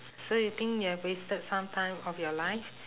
so you think you have wasted some time of your life